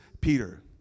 Peter